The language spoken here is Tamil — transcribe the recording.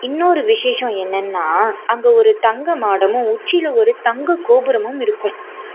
இன்னொரு விசேஷம் என்னென்னா அங்க ஒரு தங்க மாடமும் உச்சியில ஒரு தங்க கோபுரமும் இருக்கும்